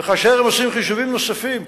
וכאשר הם עושים חישובים נוספים,